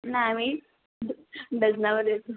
नाही आम्ही ड् डजनावर देतो